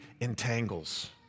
entangles